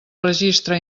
registre